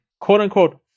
quote-unquote